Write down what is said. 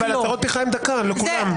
אבל הצהרות פתיחה הן דקה לכולם.